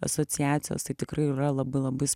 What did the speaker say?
asociacijos tai tikrai yra labai labai